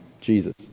Jesus